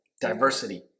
Diversity